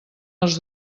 els